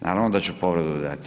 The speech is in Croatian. Naravno da ću povredu dati.